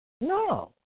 No